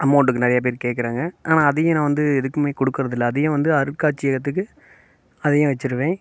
அமௌண்ட்டுக்கு நிறைய பேர் கேட்கறாங்க ஆனால் அதையும் நான் வந்து எதுக்குமே கொடுக்கறதில்ல அதையும் வந்து அருட்காட்சியகத்துக்கு அதையும் வச்சிருவேன்